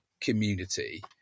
community